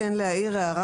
רק כן להעיר הערה